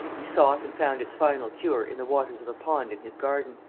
he sought and found its final cure in the waters of a pond in his garden.